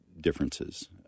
differences